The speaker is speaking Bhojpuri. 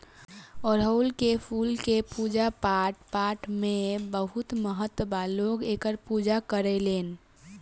अढ़ऊल के फूल के पूजा पाठपाठ में बहुत महत्व बा लोग एकर पूजा करेलेन